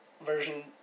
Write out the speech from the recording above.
version